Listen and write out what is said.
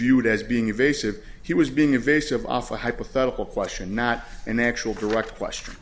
viewed as being invasive he was being invasive off a hypothetical question not an actual direct question